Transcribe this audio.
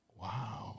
Wow